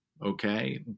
Okay